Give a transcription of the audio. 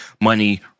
money